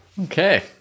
Okay